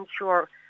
ensure